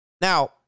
Now